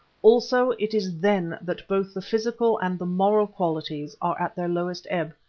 also it is then that both the physical and the moral qualities are at their lowest ebb,